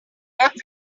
every